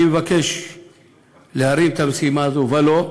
אני אבקש להרים את המשימה הזאת, וָלא,